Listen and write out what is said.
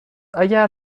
اگر